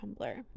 Tumblr